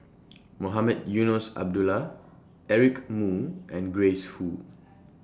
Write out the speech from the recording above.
Mohamed Eunos Abdullah Eric Moo and Grace Fu